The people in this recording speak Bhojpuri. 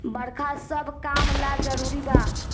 बरखा सब काम ला जरुरी बा